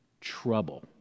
trouble